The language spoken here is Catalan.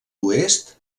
oest